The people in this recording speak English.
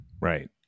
Right